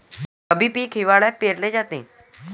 रब्बी पीक हिवाळ्यात पेरले जाते